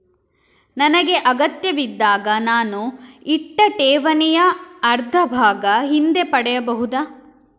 ನನಗೆ ಅಗತ್ಯವಿದ್ದಾಗ ನಾನು ಇಟ್ಟ ಠೇವಣಿಯ ಅರ್ಧಭಾಗ ಹಿಂದೆ ಪಡೆಯಬಹುದಾ?